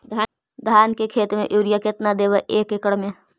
धान के खेत में युरिया केतना देबै एक एकड़ में?